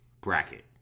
bracket